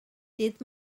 ddydd